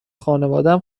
خانوادم